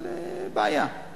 אבל בעיה.